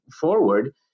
forward